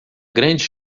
grande